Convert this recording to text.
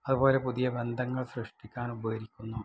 അതുപോലെ പുതിയ ബന്ധങ്ങള് സൃഷ്ടിക്കാന് ഉപകരിക്കുന്നു